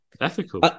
Ethical